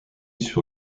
sur